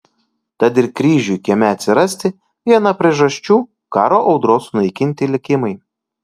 tad ir kryžiui kieme atsirasti viena priežasčių karo audros sunaikinti likimai